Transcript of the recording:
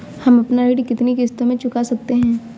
हम अपना ऋण कितनी किश्तों में चुका सकते हैं?